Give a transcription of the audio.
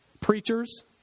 Preachers